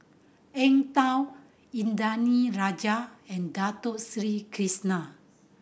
Eng Tow Indranee Rajah and Dato Sri Krishna